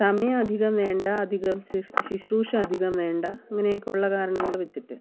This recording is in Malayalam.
സമയം അധികം വേണ്ട അധികം ശുശ്രൂഷ അധികം വേണ്ട അങ്ങനെയൊക്കെയുള്ള കാരണങ്ങൾ വെച്ചിട്ട്